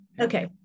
Okay